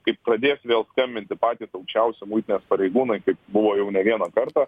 kai pradės vėl skambinti patys aukščiausi muitinės pareigūnai kaip buvo jau ne vieną kartą